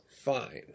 fine